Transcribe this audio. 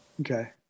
Okay